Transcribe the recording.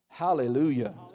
Hallelujah